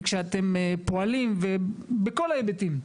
וכשאתם פועלים בכל ההיבטים,